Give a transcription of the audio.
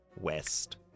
west